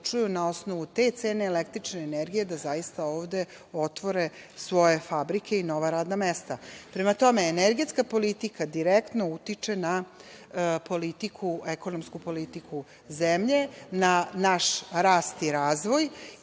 na osnovu te cene električne energije da zaista ovde otvore svoje fabrike i nova radna mesta. Prema tome, energetska politika direktno utiče na politiku, ekonomsku politiku zemlje, na naš rast i razvoj,